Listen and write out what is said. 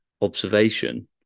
observation